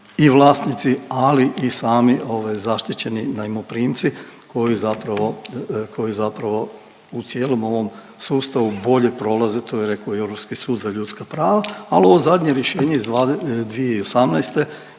i vlasnici, ali i sami zaštićeni najmoprimci koji zapravo u cijelom ovom sustavu bolje prolaze. To je rekao i Europski sud za ljudska prava. Ali ovo zadnje rješenje iz 2018.